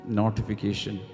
notification